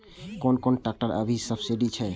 कोन कोन ट्रेक्टर अभी सब्सीडी छै?